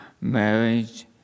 Marriage